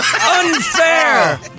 Unfair